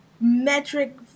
metric